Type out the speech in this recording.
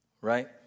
Right